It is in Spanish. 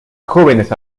jóvenes